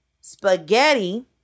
spaghetti